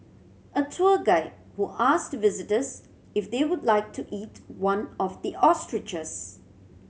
a tour guide who asked visitors if they would like to eat one of the ostriches